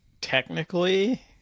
technically